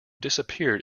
disappeared